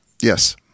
Yes